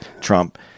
Trump